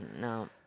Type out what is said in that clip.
no